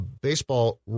baseball